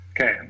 Okay